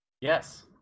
Yes